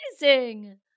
amazing